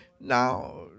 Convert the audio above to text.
Now